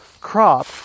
crop